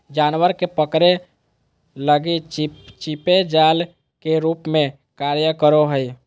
जानवर के पकड़े लगी चिपचिपे जाल के रूप में कार्य करो हइ